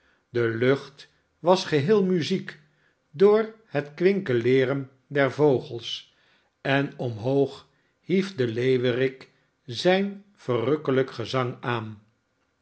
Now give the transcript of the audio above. de lucht was geheel muziek door het kwinkeleeren der vogels en omhoog hief de leeuwerik zijn verrukkelijk gezang aan